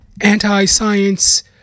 Anti-science